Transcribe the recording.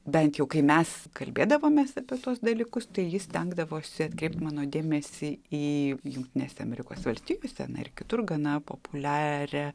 bent jau kai mes kalbėdavomės apie tuos dalykus tai jis stengdavosi atkreipt mano dėmesį į jungtinėse amerikos valstijose na ir kitur gana populiarią